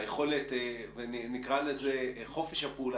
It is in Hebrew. ונקרא לזה חופש הפעולה,